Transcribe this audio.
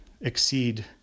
exceed